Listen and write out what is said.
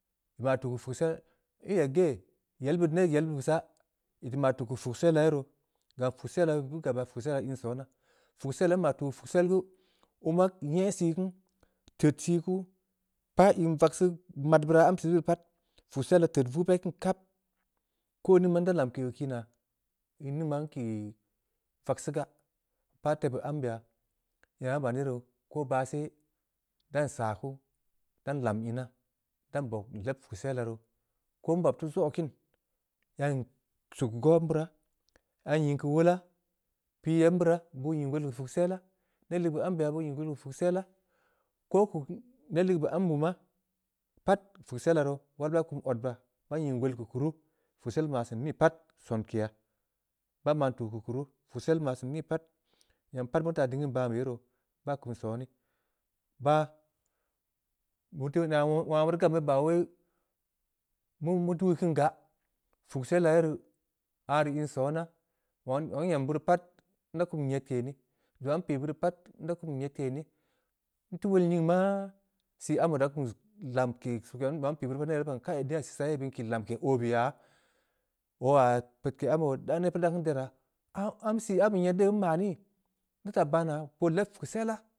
Beu maa tuu keu puksella, ii eg geh, yel beud neb yel beud neh yel beud beh saa, ii maa tuu keu puksella ruu, gam puksella rii beu gab puksel dii in sona. puksella beu maa tuui keu puksel geu. oo maa nyeh sii kunu, teud sii kuu, pah in vakseu, mad beura, am sisii rii pat, puksel deu ted vung beh keun kap, koo in ning maa nda lamke oo kiinaa. in ning maa nki vaksii gaa, pah tebeu ambeya, ko baah she. dan nsaah ku, dan lam inaa. dan nbob nleb puksella roo. ko nbob teu zogo kiin, yan suk goh ambe beuraa. yan nying keu wola. npii yebmn beura, boo nying wol keu puksella, neb ligeu beh ambe beuraa boo nying wol keu puksella. ko keu neb ligue beh ambe maa. pat puksella roo. wal ba kum odba. baa nying wol keu keu kuru, puksel maa seun nii pat, sonkeya, baa maan tuu keu kuru. puksel maa seun nii pat, nyam pat meu teu taa dingin baan beh ye roo. baa kum sonii, baa, wong aah meuteui gam yerii ba wai meu-meu dui keun gaa, puksella ye rii, aah rii in sona. zong aah nyem beu rii pat, nda kum nyedke ni, zong aah npii beuri pat nda kum nyedke neh, nteu wol nying maa, bob zong npii beu rii pat neh re pat da ban neyha sisaa ye beun kii lamke oo ya, oo aah peudke, ne re pat dan keun deraa, am geu sii ambe rii nma nii? Nda taa baa naa, ii leb puksella.